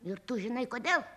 ir tu žinai kodėl